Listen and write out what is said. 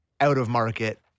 out-of-market